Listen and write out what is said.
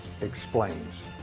explains